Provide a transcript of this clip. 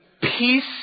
peace